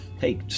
Hey